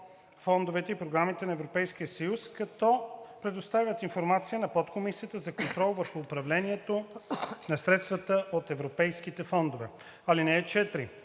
фондовете и програмите на Европейския съюз, като предоставят информацията на подкомисията за контрол върху управлението на средствата от европейските фондове. (4)